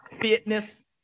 Fitness